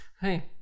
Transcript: Hey